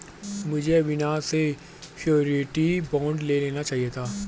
मुझे अविनाश से surety bond ले लेना चाहिए था